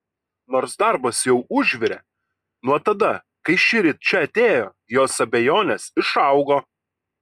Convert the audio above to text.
nors darbas jau užvirė nuo tada kai šįryt čia atėjo jos abejonės išaugo